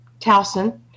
Towson